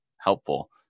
helpful